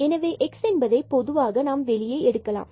எனவே x என்பதை பொதுவாக நாம் வெளியே எடுக்கலாம்